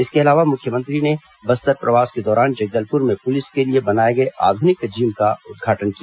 इसके अलावा मुख्यमंत्री ने बस्तर प्रवास के दौरान जगदलपुर में नवनिर्मित पुलिस के लिए बनाए गए आधुनिक जिम का उद्घाटन किया